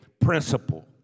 principle